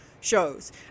shows